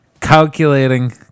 calculating